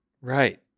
Right